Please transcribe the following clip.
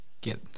get